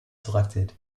selected